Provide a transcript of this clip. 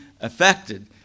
affected